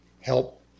help